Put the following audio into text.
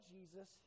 Jesus